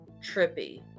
trippy